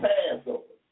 Passover